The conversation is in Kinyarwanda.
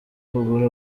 kugura